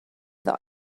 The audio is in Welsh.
ddoe